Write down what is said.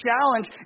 challenge